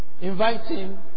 inviting